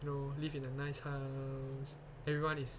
you live in a nice house everyone is